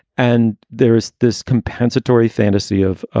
and there is this compensatory fantasy of